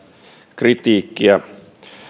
kritiikkiä lähestulkoon